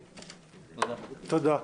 תודה.